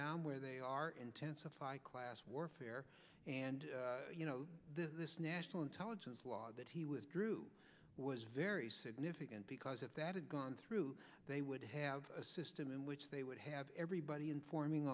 down where they are intensify class warfare and you know this national intelligence law that he withdrew was very significant because if that had gone through they would have a system in which they would have everybody informing